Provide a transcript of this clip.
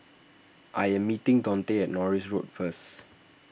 I am meeting Daunte at Norris Road first